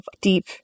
deep